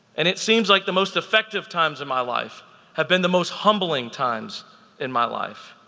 and it seems like the most effective times in my life have been the most humbling times in my life.